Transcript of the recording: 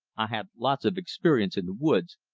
i had lots of experience in the woods,